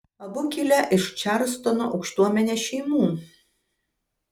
abu kilę iš čarlstono aukštuomenės šeimų